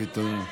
כן, תודה רבה.